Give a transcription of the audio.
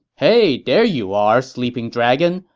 hey, there you are, sleeping dragon.